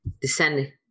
Descending